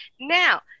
now